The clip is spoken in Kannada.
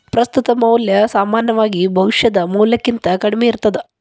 ಪ್ರಸ್ತುತ ಮೌಲ್ಯ ಸಾಮಾನ್ಯವಾಗಿ ಭವಿಷ್ಯದ ಮೌಲ್ಯಕ್ಕಿಂತ ಕಡ್ಮಿ ಇರ್ತದ